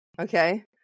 okay